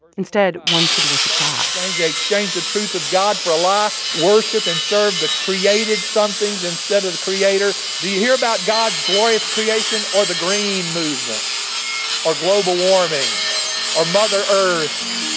instead, one should worship god they yeah yeah exchange the truth of god for a lie, worship and serve the created somethings instead of the creator. do you hear about god's glorious creation or the green movement or global warming or mother earth?